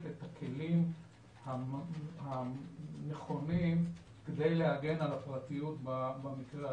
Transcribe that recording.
את הכלים הנכונים כדי להגן על הפרטיות במקרה הזה?